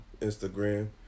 Instagram